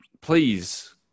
Please